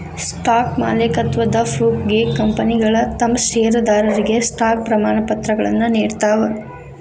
stock ಮಾಲೇಕತ್ವದ ಪ್ರೂಫ್ಗೆ ಕಂಪನಿಗಳ ತಮ್ ಷೇರದಾರರಿಗೆ ಸ್ಟಾಕ್ ಪ್ರಮಾಣಪತ್ರಗಳನ್ನ ನೇಡ್ತಾವ